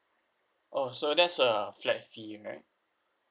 oh so that's a flat fee right